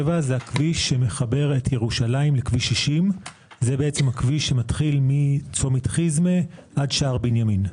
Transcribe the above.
הכביש שמחבר את ירושלים לכביש 60. הוא מתחיל מצומת חיזמה עד שער בנימין.